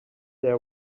they